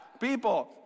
people